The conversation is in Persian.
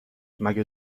مگه